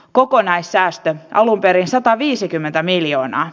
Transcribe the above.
kokonaissäästö alun perin sataviisikymmentä miljoonan